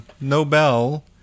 Nobel